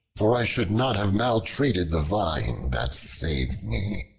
for i should not have maltreated the vine that saved me.